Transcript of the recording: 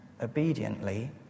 obediently